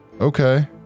Okay